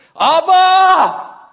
Abba